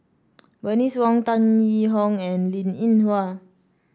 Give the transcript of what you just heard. Bernice Wong Tan Yee Hong and Linn In Hua